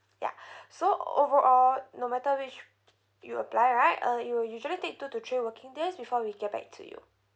ya so overall no matter which you apply right uh it'll usually take two to three working days before we get back to you